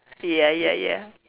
ya ya ya